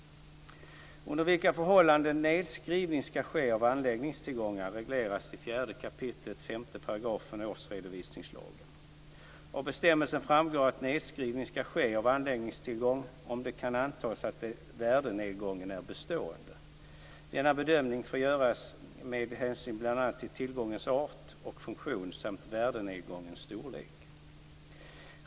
Under vilka förhållanden nedskrivning skall ske av anläggningstillgångar regleras i 4 kap. 5 § årsredovisningslagen . Av bestämmelsen framgår att nedskrivning skall ske av en anläggningstillgång om det kan antas att värdenedgången är bestående. Denna bedömning får göras med hänsyn till bl.a. tillgångens art och funktion samt värdenedgångens storlek.